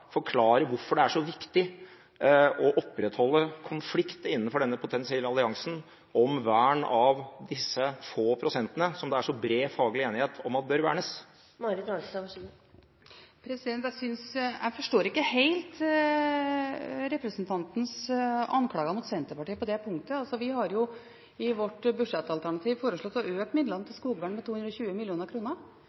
forklare hvorfor det er så viktig å opprettholde konflikt innenfor denne potensielle alliansen om vern av disse få prosentene, som det er så bred faglig enighet om at bør vernes? Jeg forstår ikke helt representantens anklager mot Senterpartiet på det punktet. Vi har i vårt budsjettalternativ foreslått å øke midlene til skogvern med 220